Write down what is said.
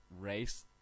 race